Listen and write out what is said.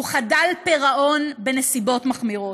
הוא חדל פירעון בנסיבות מחמירות.